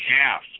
half